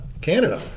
Canada